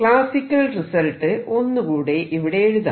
classical result ഒന്ന് കൂടെ ഇവിടെ എഴുതാം